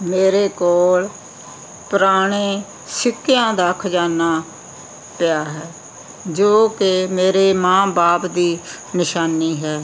ਮੇਰੇ ਕੋਲ ਪੁਰਾਣੇ ਸਿੱਕਿਆਂ ਦਾ ਖ਼ਜ਼ਾਨਾ ਪਿਆ ਹੈ ਜੋ ਕਿ ਮੇਰੇ ਮਾਂ ਬਾਪ ਦੀ ਨਿਸ਼ਾਨੀ ਹੈ